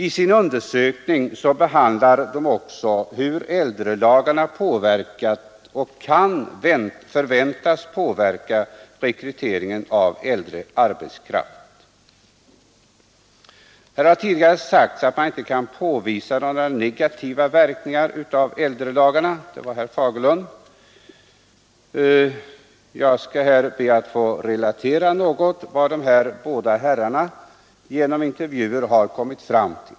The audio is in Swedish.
I sin undersökning behandlar de också hur äldrelagarna påverkat och kan förväntas påverka rekryteringen av äldre arbetskraft. Herr Fagerlund har tidigare i debatten sagt att man inte kan påvisa några negativa verkningar av äldrelagarna. Jag skall be att få relatera något av vad dessa båda herrar genom intervjuer kommit fram till.